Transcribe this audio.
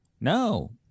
No